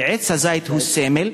עץ הזית הוא סמל,